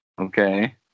Okay